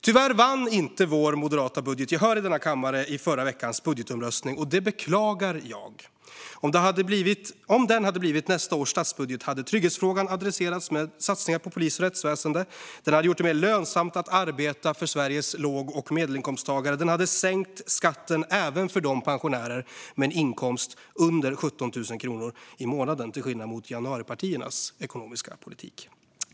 Tyvärr vann inte vår moderata budget gehör i denna kammare i förra veckans budgetomröstning, och det beklagar jag. Om den hade blivit nästa års statsbudget hade trygghetsfrågan adresserats med satsningar på polis och rättsväsen. Den hade gjort det mer lönsamt för Sveriges låg och medelinkomsttagare att arbeta, och den hade sänkt skatten även för de pensionärer som har en inkomst under 17 000 kronor i månaden, till skillnad från januaripartiernas ekonomiska politik.